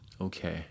okay